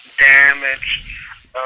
damage